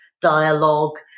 dialogue